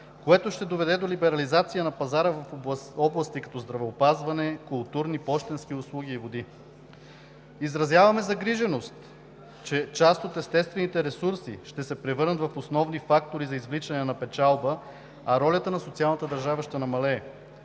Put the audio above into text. което ще доведе до либерализация на пазара в области като здравеопазване, културни, пощенски услуги и води. Изразяваме загриженост, че част от естествените ресурси ще се превърнат в основни фактори за извличане на печалба, а ролята на социалната държава ще намалее.